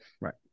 Right